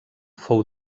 fou